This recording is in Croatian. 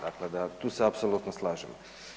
Dakle, tu se apsolutno slažemo.